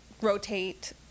rotate